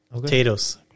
potatoes